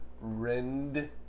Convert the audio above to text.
rend